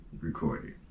recorded